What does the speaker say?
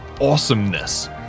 awesomeness